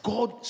God